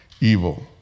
evil